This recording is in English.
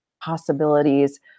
possibilities